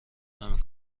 نمی